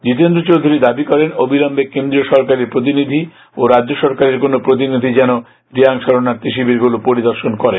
জিতেন্দ্র চৌধুরী দাবি করেন অবিলম্বে কেন্দ্রীয় সরকারি প্রতিনিধি রাজ্য সরকারের কোনও প্রতিনিধি যেন রিয়াং শরণার্থী শিবিরগুলো পরিদর্শন করেন